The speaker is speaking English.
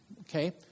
okay